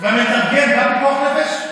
והמתרגם גם פיקוח נפש?